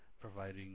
providing